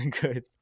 good